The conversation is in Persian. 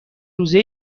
روزه